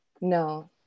No